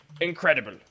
Incredible